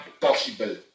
possible